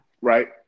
Right